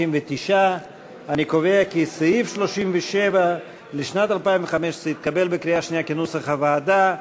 59. אני קובע כי סעיף 37 לשנת 2015 התקבל בקריאה שנייה כנוסח הוועדה.